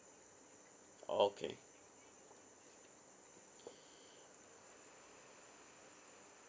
okay